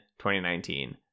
2019